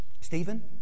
Stephen